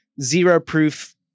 zero-proof